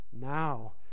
now